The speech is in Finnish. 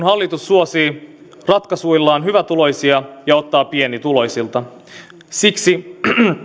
hallitus suosii ratkaisuillaan hyvätuloisia ja ottaa pienituloisilta siksi